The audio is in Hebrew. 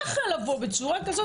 ככה לבוא, בצורה כזאת.